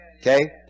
Okay